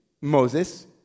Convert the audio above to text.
Moses